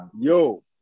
Yo